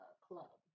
club